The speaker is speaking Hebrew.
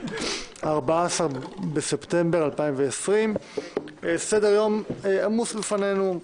ה-14 בספטמבר 2020. סדר יום עמוס לפנינו.